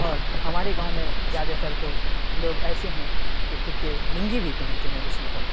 اور ہمارے گاؤں میں زیادہ تر تو لوگ ایسے ہیں کہ کرتے لنگی بھی پہنتے ہیں اسی پر